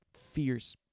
fierce